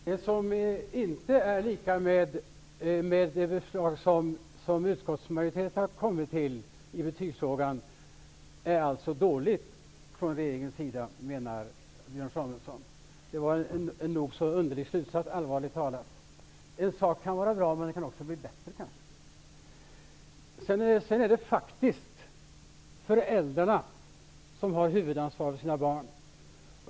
Herr talman! Det som inte är lika med det förslag utskottsmajoriteten har kommit till i betygsfrågan skulle alltså vara dåligt i regeringsförslaget, menar Björn Samuelson. Det var en nog så underlig slutsats. En sak kan vara bra, men ändå kunna bli bättre. Det är faktiskt föräldrarna som har huvudansvaret för sina barn.